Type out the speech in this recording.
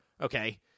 okay